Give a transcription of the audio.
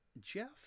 Jeff